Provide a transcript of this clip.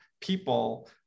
people